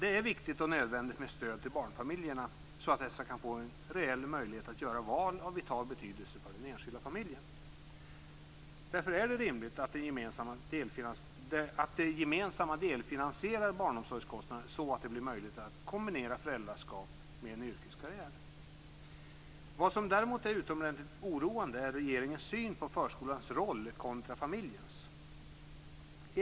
Det är viktigt och nödvändigt med stöd till barnfamiljerna så att dessa kan få en reell möjlighet att göra val av vital betydelse för den enskilda familjen. Därför är det rimligt att det gemensamma delfinansierar barnomsorgskostnaderna så att de blir möjligt att kombinera föräldraskap med en yrkeskarriär. Vad som däremot är utomordentligt oroande är regeringens syn på förskolans roll kontra familjens.